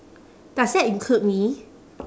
does that include me